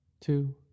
two